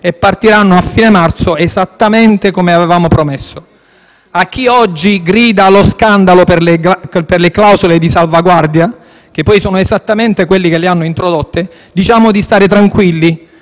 e partiranno a fine marzo, esattamente come avevamo promesso. A chi oggi grida allo scandalo per le clausole di salvaguardia (che poi sono esattamente quelli che le hanno introdotte) diciamo di stare tranquilli: